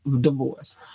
divorce